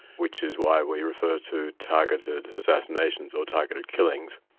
which is why we refer to targeted assassinations, or targeted killings.